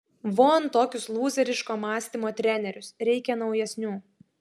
von tokius lūzeriško mąstymo trenerius reikia naujesnių